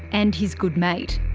and his good mate.